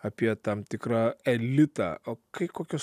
apie tam tikrą elitą o kai kokios